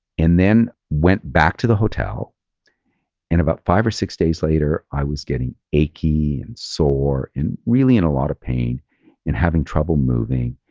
and then went back to the hotel and about five or six days later i was getting achy and sore and really in a lot of pain and having trouble moving.